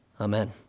Amen